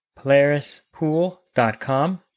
polarispool.com